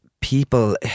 people